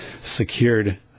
secured